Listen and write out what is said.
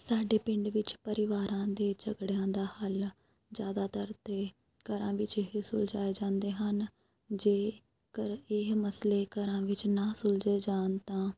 ਸਾਡੇ ਪਿੰਡ ਵਿੱਚ ਪਰਿਵਾਰਾਂ ਦੇ ਝਗੜਿਆਂ ਦਾ ਹੱਲ ਜ਼ਿਆਦਾਤਰ ਤਾਂ ਘਰਾਂ ਵਿੱਚ ਹੀ ਸੁਲਝਾਏ ਜਾਂਦੇ ਹਨ ਜੇਕਰ ਇਹ ਮਸਲੇ ਘਰਾਂ ਵਿੱਚ ਨਾ ਸੁਲਝੇ ਜਾਣ ਤਾਂ